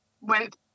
went